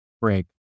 break